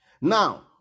Now